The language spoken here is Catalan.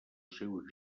seu